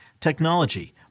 technology